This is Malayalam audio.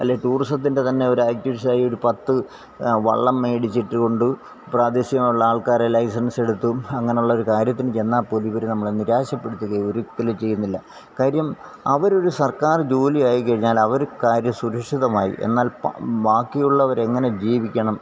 അല്ലേ ടൂറിസത്തിന്റെ തന്നെ ഒരാക്ടിവിസ്റ്റായി ഒരു പത്ത് വള്ളം മേടിച്ചിട്ടുകൊണ്ട് പ്രാദേശികമായിട്ടുള്ള ആള്ക്കാരെ ലൈസെന്സ് എടുത്തും അങ്ങനുള്ളൊരു കാര്യത്തിനു ചെന്നാല് പോലും ഇവര് നമ്മളെ നിരാശപ്പെടുത്തുകയെ ഒരിക്കലും ചെയ്യുന്നില്ല കാര്യം അവരൊരു സര്ക്കാര് ജോലി ആയിക്കഴിഞ്ഞാല് അവരുടെ കാര്യം സുരക്ഷിതമായി എന്നാല് പ ബാക്കിയുള്ളവരെങ്ങനെ ജീവിക്കണം